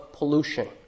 Pollution